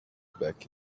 back